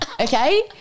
Okay